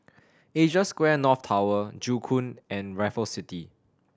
Asia Square North Tower Joo Koon and Raffles City